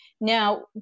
Now